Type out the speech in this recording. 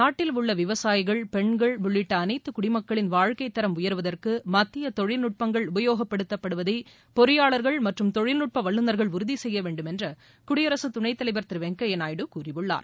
நாட்டில் உள்ள விவசாயிகள் பெண்கள் உள்ளிட்ட அனைத்து குடிமக்களின் வாழ்க்கைத் தரம் உயருவதற்கு புதிய தொழில்நுட்பங்கள் உபயோகப்படுத்தப்படுவதை பொறியாளர்கள் மற்றும் தொழில்நுட்ப வல்லுநர்கள் உறுதிசெய்ய வேண்டுமென்று குடியரசு துணைத் தலைவர் திரு வெங்கய்யா நாயுடு கூறியுள்ளார்